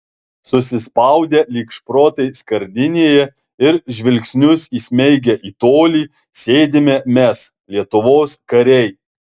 susispaudę lyg šprotai skardinėje ir žvilgsnius įsmeigę į tolį sėdime mes lietuvos kariai